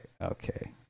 Okay